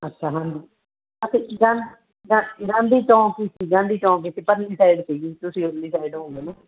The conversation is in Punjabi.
ਅੱਛਾ ਹਾਂਜੀ ਗ ਗਾਂਧੀ ਚੌਂਕ ਸੀ ਗਾਂਧੀ ਚੌਂਕ ਅਸੀਂ ਪਰਲੀ ਸਾਈਡ ਸੀਗੀ ਤੁਸੀਂ ਉਰਲੀ ਸਾਈਡ ਹੋਓਂਗੇ ਨਾ